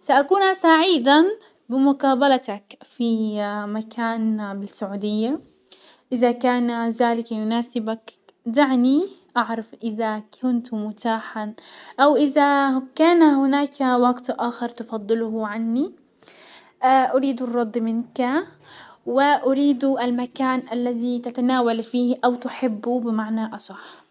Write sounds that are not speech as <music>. ساكون سعيدا بمقابلتك في مكان بالسعودية، ازا كان زلك يناسبك دعني اعرف ازا كنت متاحا او ازا كان هناك وقت اخر تفضله عني، <hesitation> اريد الرد منك و اريد المكان الذي تتناول فيه او تحبه بمعنى اصح.